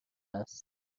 است